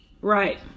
Right